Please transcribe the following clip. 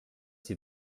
sie